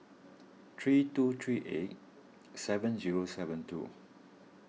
three two three eight seven zero seven two